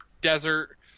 desert